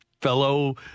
fellow